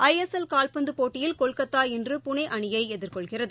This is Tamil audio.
ஐ எஸ் எஸ் கால்பந்தபோட்டியில் கொல்கத்தா இன்று புனேஅணியைஎதிர்கொள்கிறது